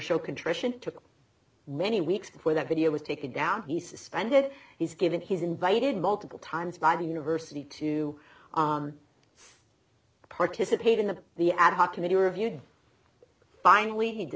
show contrition took many weeks before that video was taken down he suspended he's given he's invited multiple times by the university to participate in the the ad hoc committee review finally h